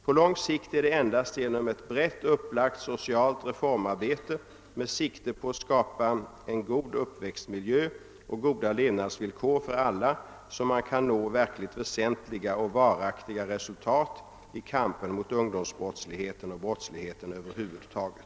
På lång sikt är det enbart genom ett brett upplagt socialt reformarbete med sikte på att skapa en god uppväxtmiljö och goda levnadsvillkor för alla som man kan nå verkligt väsentliga och varaktiga resultat i kampen mot ungdomsbrottsligheten och brottsligheten över huvud taget.